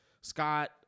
Scott